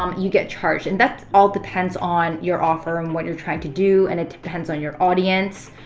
um you get charged. and that all depends on your offer and what you're trying to do and it depends on your audience,